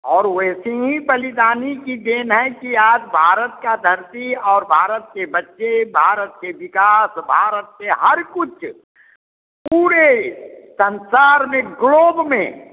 और वैसी ही बलिदानी की देन है कि आप भारत का धरती और भारत के बच्चे भारत के विकास भारत के हर कुछ पूरे संसार ने ग्लोब में